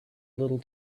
little